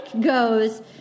goes